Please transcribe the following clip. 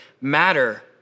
matter